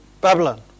Babylon